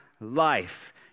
life